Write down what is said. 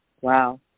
Wow